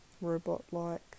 robot-like